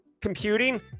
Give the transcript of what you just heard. computing